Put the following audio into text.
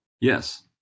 Yes